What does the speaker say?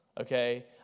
Okay